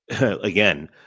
again